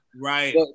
right